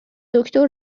دکتر